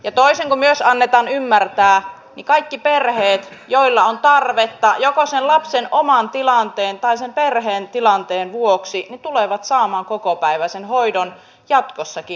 ja toisin kuin myös annetaan ymmärtää niin kaikki perheet joilla on tarvetta joko sen lapsen oman tilanteen tai sen perheen tilanteen vuoksi tulevat saamaan kokopäiväisen hoidon jatkossakin